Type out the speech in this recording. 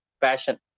passion